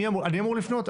אני אמור לפנות?